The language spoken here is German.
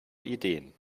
ideen